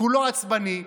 כולו עצבני,